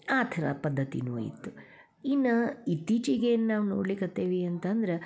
ಆ ಥರ ಪದ್ದತಿಯೂ ಇತ್ತು ಇನ್ನು ಇತ್ತೀಚಿಗೆ ನಾವು ನೋಡ್ಲಿಕತ್ತೇವೆ ಅಂತಂದ್ರೆ